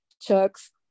chucks